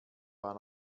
war